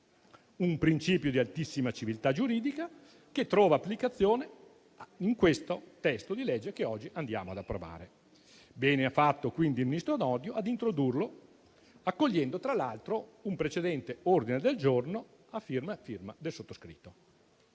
un principio di altissima civiltà giuridica che trova applicazione in questo testo di legge che oggi ci accingiamo ad approvare. Bene ha fatto quindi il ministro Nordio ad introdurlo, accogliendo tra l'altro un precedente ordine del giorno a prima firma del sottoscritto.